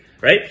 right